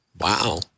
Wow